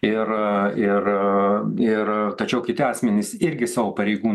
ir ir ir tačiau kiti asmenys irgi savo pareigų